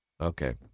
Okay